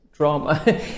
drama